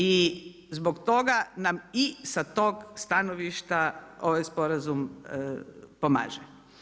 I zbog toga nam i sa tog stanovišta ovaj sporazum pomaže.